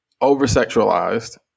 over-sexualized